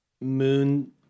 moon